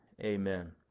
amen